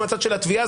הוא מהצד של התביעה.